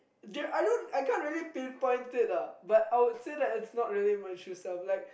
dude I don't I can't really pinpoint it lah but I would say that it's not really my true self like